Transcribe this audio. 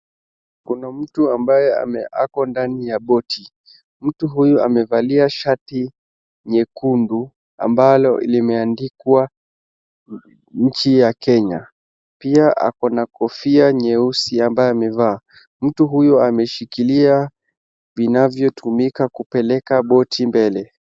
Kuna mtu ambaye ame, ako ndani ya boti. Mtu huyu amevalia shati nyekundu ambalo limeandikwa nchi ya Kenya, pia ako na kofia nyeusi ambayo amevaa. Mtu huyu ameshikilia vinavyo tumika kupeleka boti mbele.